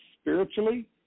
Spiritually